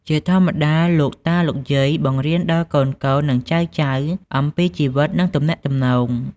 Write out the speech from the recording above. ជាធម្មតា លោកតា លោកយាយ បង្រៀនដល់កូនៗ និងចៅៗអំពីជីវិត និងទំនាក់ទំនង។